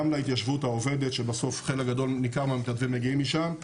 גם להתיישבות העובדת שבסוף חלק ניכר מהמתנדבים מגיעים משם.